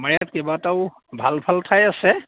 আমাৰ ইয়াত কেইবাটাও ভাল ভাল ঠাই আছে